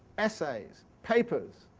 essays, papers,